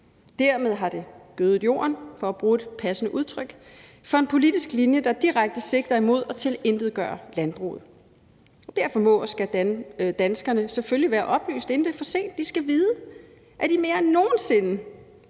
et passende udtryk – for en politisk linje, der direkte sigter imod at tilintetgøre landbruget. Derfor må og skal danskerne selvfølgelig være oplyste, inden det er for sent. De skal vide, at de mere end nogen sinde